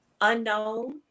unknown